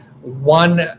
one